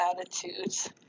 attitudes